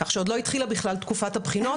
כך שעוד לא התחילה בכלל תקופת הבחינות.